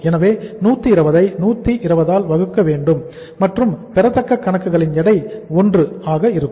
எனவே 120 ஐ 120 ஆல் வகுக்க வேண்டும் மற்றும் பெறத்தக்க கணக்குகள் எடை 1 ஆக இருக்கும்